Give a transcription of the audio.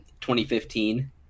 2015